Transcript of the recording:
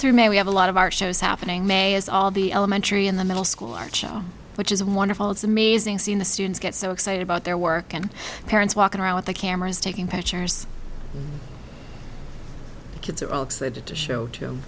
through may we have a lot of our shows happening may as all be elementary in the middle school our show which is wonderful it's amazing scene the students get so excited about their work and parents walking around with the cameras taking pictures kids are all excited to show